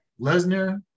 Lesnar